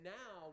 now